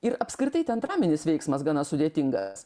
ir apskritai ten draminis veiksmas gana sudėtingas